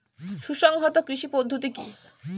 সুসংহত কৃষি পদ্ধতি কি?